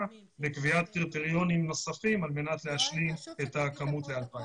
בקביעת קריטריונים נוספים על מנת להשלים את הכמות לאלפיים.